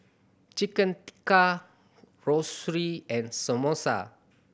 Chicken Tikka Zosui and Samosa